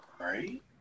Right